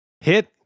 hit